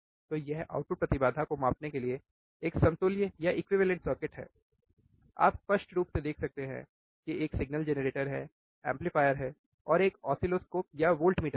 तो यह आउटपुट प्रतिबाधा को मापने के लिए एक समतुल्य सर्किट है आप स्पष्ट रूप से देख सकते हैं कि एक सिग्नल जेनरेटर है एम्पलीफायर है और एक ओसिलोस्कोप या वोल्टमीटर है